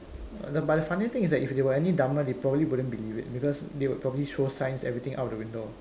uh but the funny thing is that if they were any dumber they probably wouldn't believe it because they would probably throw science everything out of the window